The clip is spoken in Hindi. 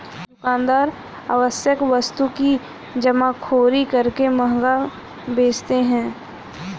दुकानदार आवश्यक वस्तु की जमाखोरी करके महंगा बेचते है